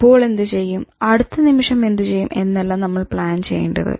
ഇപ്പോൾ എന്ത് ചെയ്യും അടുത്ത നിമിഷം എന്ത് ചെയ്യും എന്നല്ല നമ്മൾ പ്ലാൻ ചെയ്യേണ്ടത്